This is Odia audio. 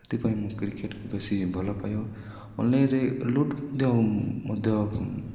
ଏଥିପାଇଁ ମୁଁ କ୍ରିକେଟକୁ ବେଶି ଭଲ ପାଏ ଅନ୍ଲାଇନ୍ରେ ଲୁଡ଼ୁ ମଧ୍ୟ ମଧ୍ୟ